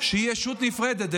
שהיא ישות נפרדת,